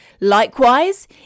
Likewise